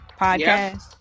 podcast